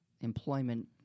employment